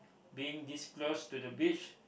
being this close to the beach